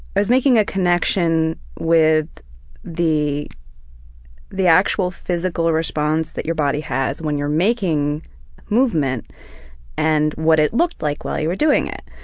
i was making a connection with the the actual physical response that your body has when you're making movement and what it looked like while you were doing it.